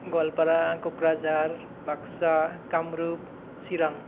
Goalpara Kokrajhar Baksa Kamrup Chirang